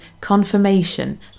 confirmation